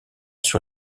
sur